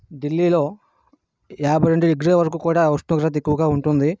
ఢిల్లీలో యాభై రెండు డిగ్రీల వరకు కూడా ఉష్ణోగ్రత ఎక్కువగా ఉంటుంది